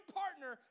partner